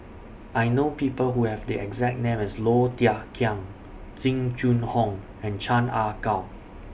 I know People Who Have The exact name as Low Thia Khiang Jing Jun Hong and Chan Ah Kow